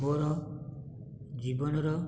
ମୋର ଜୀବନର